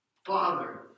Father